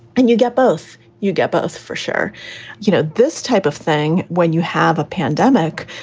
and you get both. you get both for sure you know, this type of thing when you have a pandemic,